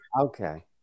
Okay